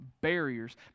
barriers